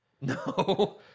No